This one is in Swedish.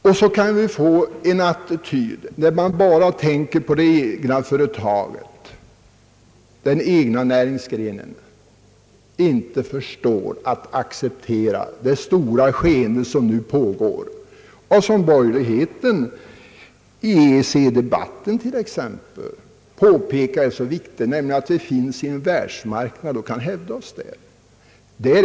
Detta kan leda till den attityden att man bara tänker på det egna företaget, den egna näringsgrenen och inte förstår att acceptera det stora skeende som nu pågår och som de borgerliga i t.ex. EEC-debatten påpekar är så viktigt, nämligen att vi befinner oss på en världsmarknad och att vi måste kunna hävda oss där.